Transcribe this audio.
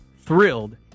thrilled